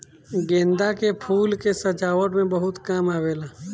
गेंदा के फूल के सजावट में बहुत काम आवेला